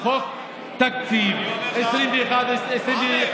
תקציב 2022-2021,